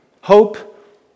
Hope